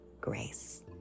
grace